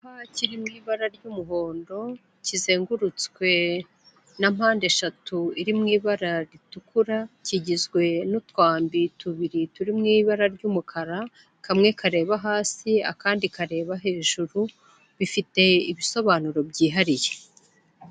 Icyapa kirimo ibara ry'umuhondo kizengurutswe na mpandeshatu iri mu ibara ritukura kigizwe n'utwambi tubiri turi mu ibara ry'umukara kamwe kareba hasi akandi kareba hejuru bifite ibisobanuro byihariye.